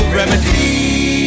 remedy